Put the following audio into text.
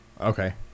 Okay